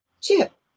Chip